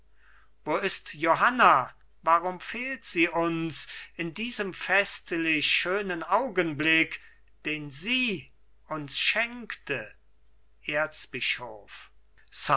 wo ist johanna warum fehlt sie uns in diesem festlich schönen augenblick den sie uns schenkte erzbischof